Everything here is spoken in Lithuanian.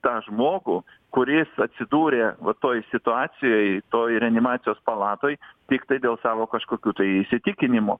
tą žmogų kuris atsidūrė va toj situacijoj toj reanimacijos palatoj tiktai dėl savo kažkokių tai įsitikinimų